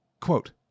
Quote